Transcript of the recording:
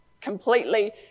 completely